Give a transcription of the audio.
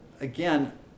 again